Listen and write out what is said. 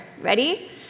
Ready